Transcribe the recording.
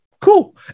Cool